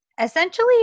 essentially